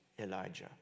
Elijah